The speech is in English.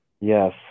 Yes